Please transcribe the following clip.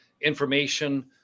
information